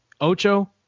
Ocho